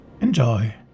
enjoy